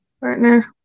Partner